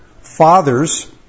Fathers